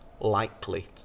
likely